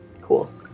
cool